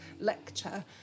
lecture